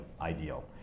ideal